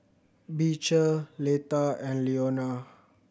Beecher Leta and Leona